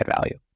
value